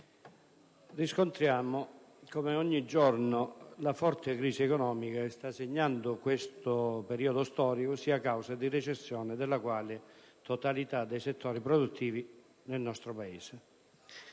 riscontriamo ogni giorno come la forte crisi economica che sta segnando questo periodo storico sia causa di recessione della quasi totalità dei settori produttivi del nostro Paese.